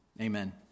Amen